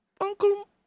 Uncle